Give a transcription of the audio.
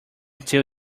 until